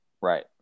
Right